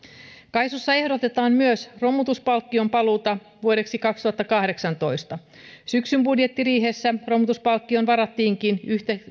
kaisussa ehdotetaan myös romutuspalkkion paluuta vuodeksi kaksituhattakahdeksantoista syksyn budjettiriihessä romutuspalkkioon varattiinkin